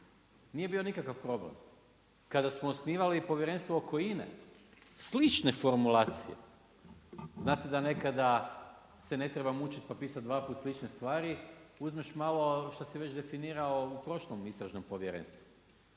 Nije bio nikakav problem. Kada smo osnivali povjerenstvo oko INA-e, slične formulacije. Znate da nekada se ne treba mučiti pa pisati 2 puta slične stvari. Uzmeš malo što si već definirao u prošlom istražnom povjerenstvu.